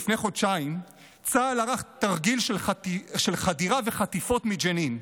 לפני חודשיים צה"ל ערך תרגיל של חדירה וחטיפות מג'נין,